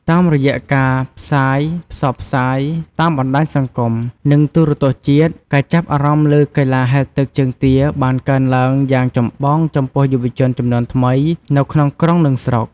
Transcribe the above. តាមរយៈការផ្សាយផ្សព្វផ្សាយតាមបណ្តាញសង្គម និងទូរទស្សន៍ជាតិ ការចាប់អារម្មណ៍លើកីឡាហែលទឹកជើងទាបានកើនឡើងយ៉ាងចម្បងចំពោះយុវជនជំនាន់ថ្មីនៅក្រុងនិងស្រុក។